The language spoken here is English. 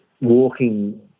walking